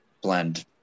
blend